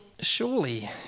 surely